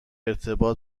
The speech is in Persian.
ارتباط